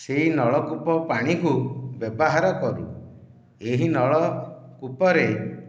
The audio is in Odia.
ସେହି ନଳକୂପ ପାଣିକୁ ବ୍ୟବହାର କରୁ ଏହି ନଳକୂପ ରେ